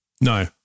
No